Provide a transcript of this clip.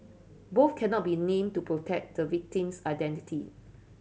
both cannot be named to protect the victim's identity